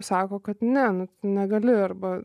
sako kad ne nu negali arba